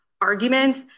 arguments